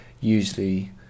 usually